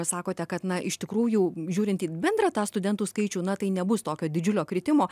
sakote kad na iš tikrųjų žiūrint į bendrą studentų skaičių na tai nebus tokio didžiulio kritimo